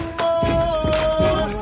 more